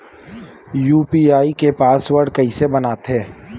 UPI के password कइसे बनाथे?